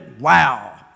wow